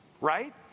right